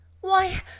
Why